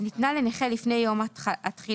ניתנה לנכה לפני יום התחילה